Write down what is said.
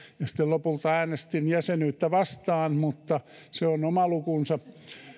sitten lopulta äänestin jäsenyyttä vastaan mutta se on oma lukunsa